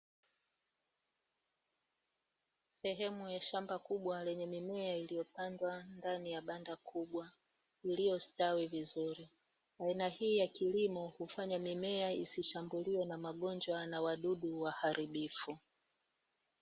Sehemu ya shamba kubwa yenye mimea iliyopangwa ndani ya banda kubwa, iliyostawi vizuri, aina hii ya kilimo hufanya mimea isishambuliwe na magonjwa na wadudu waharibifu.